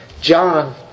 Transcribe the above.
John